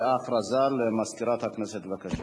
הכרזה למזכירת הכנסת, בבקשה.